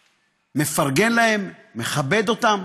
שמפרגנים להם, מכבדים אותם,